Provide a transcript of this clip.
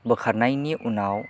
बोखारनायनि उनाव